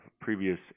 previous